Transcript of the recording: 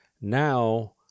now